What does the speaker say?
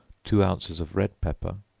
two ounces of red pepper,